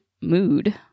mood